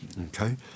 okay